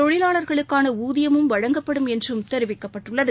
தொழிலாளருக்கானஊதியமும் வழங்கப்படும் என்றும் தெரிவிக்கப்பட்டுள்ளது